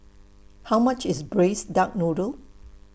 How much IS Braised Duck Noodle